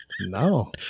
No